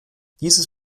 dieses